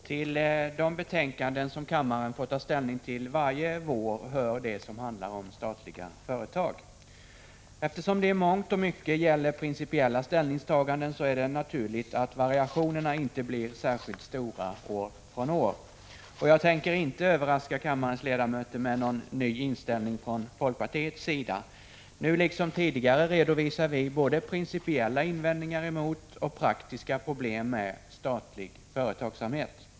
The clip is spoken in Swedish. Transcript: Herr talman! Till de betänkanden som kammaren får ta ställning till varje vår hör det som handlar om statliga företag. Eftersom det i mångt och mycket gäller principiella ställningstaganden, är det naturligt att variationerna inte blir särskilt stora år från år. Jag tänker inte överraska kammarens ledamöter med någon ny inställning från folkpartiets sida. Nu liksom tidigare redovisar vi både principiella invändningar mot och praktiska problem med statlig företagsamhet.